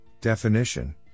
definition